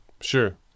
Sure